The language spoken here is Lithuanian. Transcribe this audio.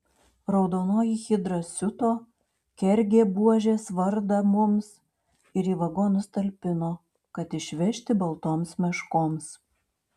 raudonoji hidra siuto kergė buožės vardą mums ir į vagonus talpino kad išvežti baltoms meškoms